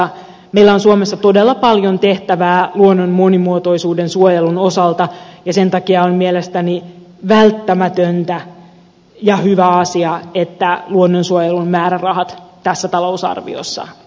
meillä on suomessa todella paljon tehtävää luonnon monimuotoisuuden suojelun osalta ja sen takia on mielestäni välttämätöntä ja hyvä asia että luonnonsuojelun määrärahat tässä talousarviossa